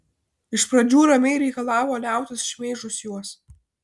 iš pradžių ramiai reikalavo liautis šmeižus juos